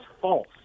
false